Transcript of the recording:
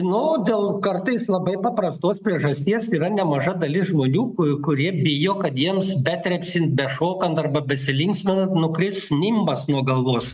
nu dėl kartais labai paprastos priežasties yra nemaža dalis žmonių ku kurie bijo kad jiems betrepsint bešokant arba besilinksminan nukris nimbas nuo galvos